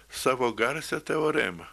savo garsią teoremą